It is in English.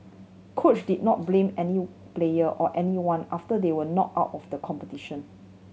coach did not blame any player or anyone after they were knocked out of the competition